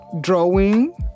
drawing